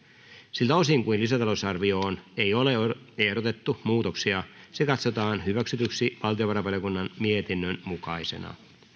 siltä osin kuin lisäta lousarvioon ei ole ole ehdotettu muutoksia se katsotaan hyväksytyksi valtiovarainvaliokunnan mietinnön mukaisena